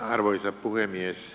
arvoisa puhemies